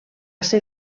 ser